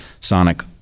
sonic